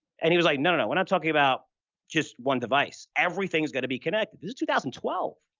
and it was like, no, no. we're not talking about just one device. everything is going to be connected. this is two thousand and twelve,